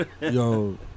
Yo